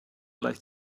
leicht